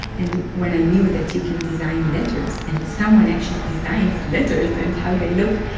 and when i knew that you can design letters, and someone actually designs letters and how they look,